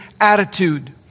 attitude